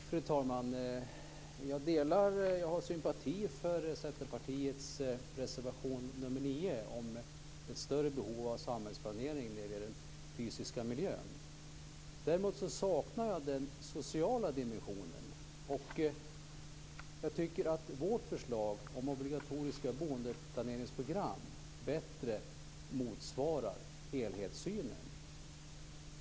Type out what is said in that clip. Fru talman! Jag känner sympati för Centerpartiets reservation nr 9 om ett större behov av samhällsplanering när det gäller den fysiska miljön. Däremot saknar jag den sociala dimensionen. Jag tycker att vårt förslag om obligatoriska boendeplaneringsprogram bättre motsvarar helhetssynen.